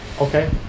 Okay